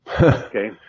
Okay